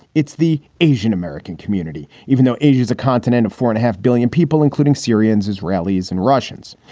it's the asian-american community. even though asia is a continent of four and a half billion people, including syrians, israelis and russians,